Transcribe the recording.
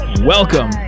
Welcome